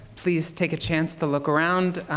please take a chance to look around.